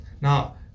Now